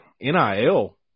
NIL